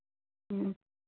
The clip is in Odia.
ହୁଁ